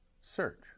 Search